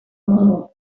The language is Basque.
modu